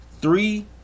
Three